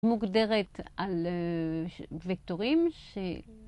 מוגדרת על וקטורים ש...